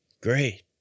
Great